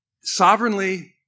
sovereignly